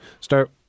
start